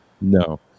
no